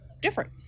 different